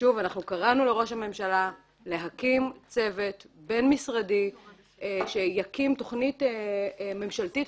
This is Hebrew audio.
קראנו לראש הממשלה להקים צוות בין-משרדי שיקים תוכנית ממשלתית